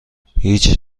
هیچ